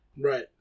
Right